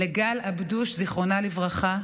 עבדוש, זיכרונה לברכה,